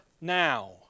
now